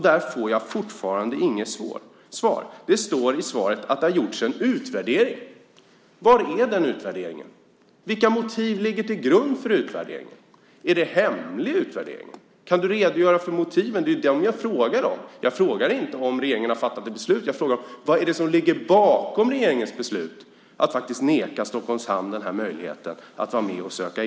Där får jag fortfarande inget svar. Statsrådet sade att det har gjorts en utvärdering. Var är den utvärderingen? Vilka motiv ligger till grund för utvärderingen? Är utvärderingen hemlig? Kan du redogöra för motiven? Jag frågar inte om regeringen har fattat ett beslut utan jag frågar om vad som ligger bakom regeringens beslut att neka Stockholms Hamn AB möjligheten att söka EU-bidrag.